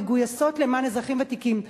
מגויסות למען אזרחים ותיקים.